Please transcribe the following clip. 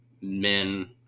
men